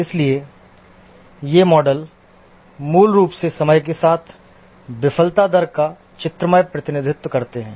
इसलिए ये मॉडल मूल रूप से समय के साथ विफलता दर का चित्रमय प्रतिनिधित्व करते हैं